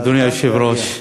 אדוני היושב-ראש,